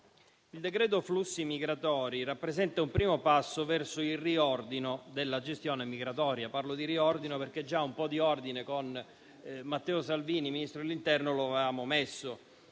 il decreto flussi migratori rappresenta un primo passo verso il riordino della gestione migratoria. Parlo di riordino perché già un po' di ordine con Matteo Salvini, Ministro dell'interno, lo avevamo messo,